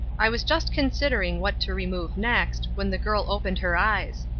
i was just considering what to remove next, when the girl opened her eyes.